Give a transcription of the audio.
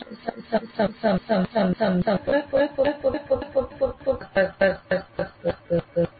અમે તમામ સિદ્ધાંતો અને કયા સંશોધન કરવામાં આવ્યા છે તે સમજાવી રહ્યાં નથી